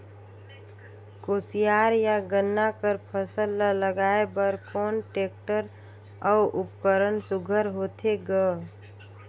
कोशियार या गन्ना कर फसल ल लगाय बर कोन टेक्टर अउ उपकरण सुघ्घर होथे ग?